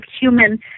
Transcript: human